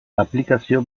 aplikazio